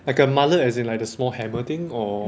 like a mullet as in like the small hammer thing or